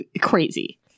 crazy